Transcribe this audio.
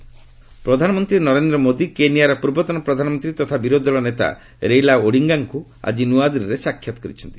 PM Modi Odinga ପ୍ରଧାନମନ୍ତ୍ରୀ ନରେନ୍ଦ୍ର ମୋଦି କେନିଆର ପର୍ବତନ ପ୍ରଧାନମନ୍ତ୍ରୀ ତଥା ବିରୋଧୀ ଦଳ ନେତା ରେିଲା ଓଡ଼ିଙ୍ଗାଙ୍କୁ ଆଜି ନୂଆଦିଲ୍ଲୀରେ ସାକ୍ଷାତ କରିଛନ୍ତି